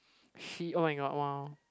she [oh]-my-god !wow!